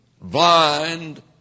blind